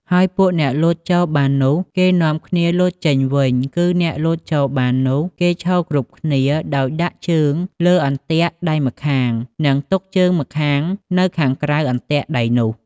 ហើយពួកអ្នកលោតចូលបាននោះ គេនាំគ្នាលោតចេញវិញ គឺអ្នកលោតចូលបាននោះ គេឈរគ្រប់គ្នាដោយដាក់ជើងលើអន្ទាក់ដៃម្ខាង និងទុកជើងម្ខាងនៅខាងក្រៅអន្ទាក់ដៃនោះ ។